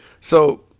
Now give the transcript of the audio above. So-